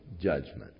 judgment